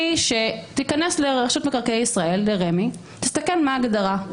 תיכנס לרמ"י ותסתכל מה ההגדרה שלה.